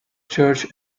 church